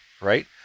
right